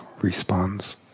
responds